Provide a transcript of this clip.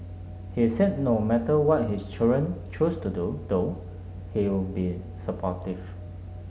he said no matter what his children choose to do though he'll be supportive